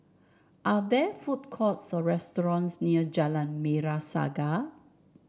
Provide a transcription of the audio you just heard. are there food courts or restaurants near Jalan Merah Saga